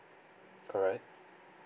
alright